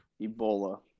ebola